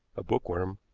a bookworm,